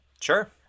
Sure